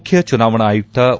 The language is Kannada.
ಮುಖ್ಯಚುನಾವಣಾ ಆಯುಕ್ತ ಒ